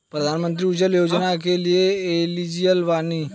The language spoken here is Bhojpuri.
प्रधानमंत्री उज्जवला योजना के लिए एलिजिबल बानी?